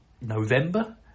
November